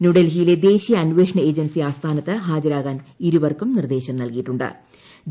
ന്യൂഡൽഹിയിലെ ദേശീയ അന്വേഷണ ഏജൻസി ആസ്ഥാനത്ത് ഹാജരാകാൻ ഇരുവർക്കും നിർദ്ദേശം നൽകിയിട്ടു ്